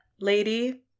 lady